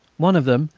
one of them,